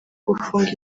gufunga